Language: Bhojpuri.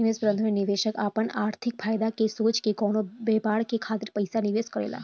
निवेश प्रबंधन में निवेशक आपन आर्थिक फायदा के सोच के कवनो व्यापार खातिर पइसा निवेश करेला